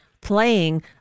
playing